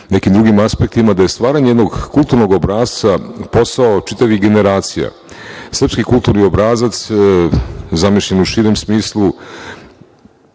nekim drugim aspektima, da je stvaranje jednog kulturnog obrasca posao čitavih generacija. Srpski kulturni obrazac, zamišljen u širem smislu,